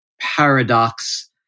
paradox